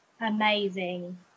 amazing